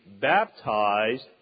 baptized